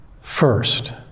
First